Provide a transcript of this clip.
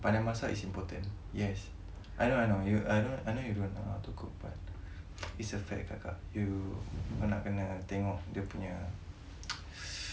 pandai masak is important yes I know I know you I know you don't know how to cook but it's a fact kakak you nak kena tengok dia punya